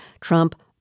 Trump-